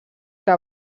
que